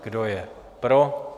Kdo je pro?